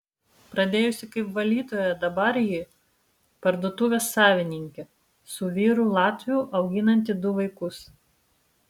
pradėjusi kaip valytoja dabar ji parduotuvės savininkė su vyru latviu auginanti du vaikus